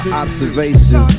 observation